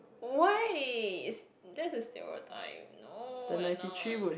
waste that's a stereotype no we're not